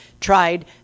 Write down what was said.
tried